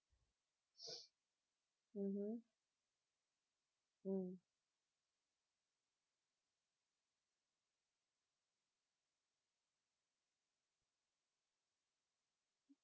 mmhmm mm